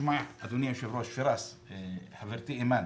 אדוני היושב-ראש, חברתי אימאן